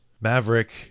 Maverick